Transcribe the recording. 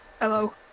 Hello